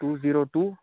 two zero two